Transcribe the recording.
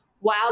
wow